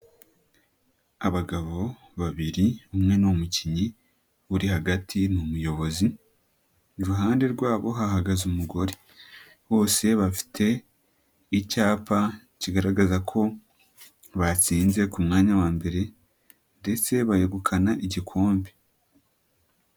Abagabo babiri umwe ni umukinnyi uri hagati ni umuyobozi, iruhande rwabo hahagaze umugore, bose bafite icyapa kigaragaza ko batsinze ku mwanya wa mbere ndetse begukana igikombe.